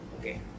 Okay